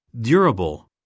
Durable